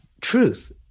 truth